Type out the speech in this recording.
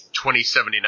2079